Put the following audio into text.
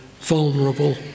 vulnerable